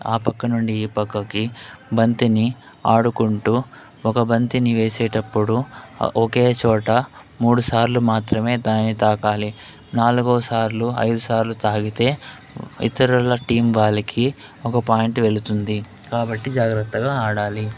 ఆ పక్కనుండి ఈ పక్కకి బంతిని ఆడుకుంటూ ఒక బంతిని వేసేటప్పుడు ఒకే చోట మూడుసార్లు మాత్రమే దాన్ని తాకాలి నాలుగో సార్లు ఐదుసార్లు తాకితే ఇతరుల టీం వాళ్లకి ఒక పాయింట్ వెళుతుంది కాబట్టి జాగ్రత్తగా ఆడాలి